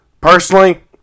personally